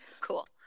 Cool